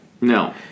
No